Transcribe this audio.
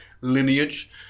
lineage